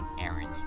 errand